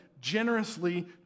generously